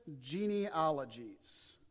genealogies